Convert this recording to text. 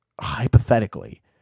Hypothetically